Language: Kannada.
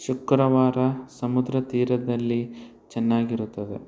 ಶುಕ್ರವಾರ ಸಮುದ್ರತೀರದಲ್ಲಿ ಚೆನ್ನಾಗಿರುತ್ತದೆ